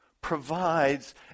provides